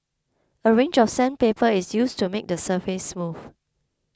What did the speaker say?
a range of sandpaper is used to make the surface smooth